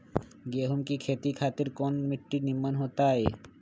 गेंहू की खेती खातिर कौन मिट्टी निमन हो ताई?